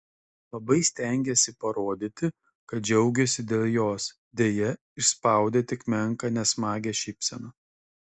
labai stengėsi parodyti kad džiaugiasi dėl jos deja išspaudė tik menką nesmagią šypseną